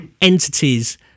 entities